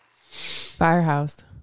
Firehouse